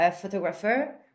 photographer